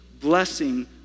blessing